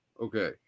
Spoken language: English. Okay